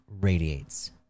radiates